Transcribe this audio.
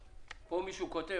מישהו פה כותב